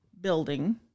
building